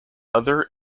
other